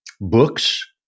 books